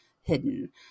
hidden